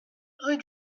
rue